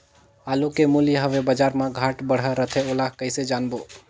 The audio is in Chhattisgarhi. आलू के मूल्य हवे बजार मा घाट बढ़ा रथे ओला कइसे जानबो?